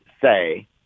say